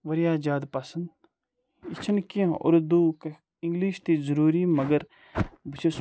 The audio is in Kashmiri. واریاہ زیادٕ پَسنٛد یہِ چھَنہٕ کیٚنٛہہ اُردو اِنٛگلِش تہِ ضٔروٗری مگر بہٕ چھُس